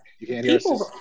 People